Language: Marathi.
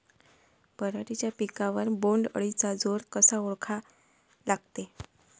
पराटीच्या पिकावर बोण्ड अळीचा जोर कसा ओळखा लागते?